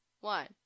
one